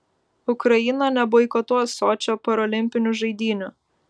ukraina neboikotuos sočio parolimpinių žaidynių